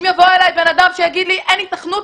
אם יבוא אליי בן אדם שיגיד לי אין היתכנות,